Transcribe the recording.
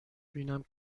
بینم